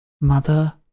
Mother